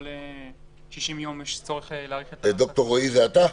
כל 60 יום יש צורך להאריך --- ד"ר רועי זה אתה?